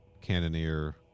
cannoneer